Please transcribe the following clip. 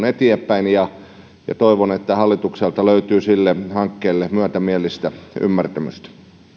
eteenpäin ja ja toivon että hallitukselta löytyy sille hankkeelle myötämielistä ymmärtämystä